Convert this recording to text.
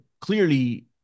clearly